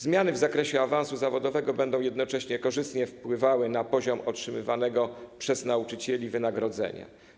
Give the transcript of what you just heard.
Zmiany w zakresie awansu zawodowego będą jednocześnie korzystnie wpływały na poziom otrzymywanego przez nauczycieli wynagrodzenia.